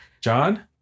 John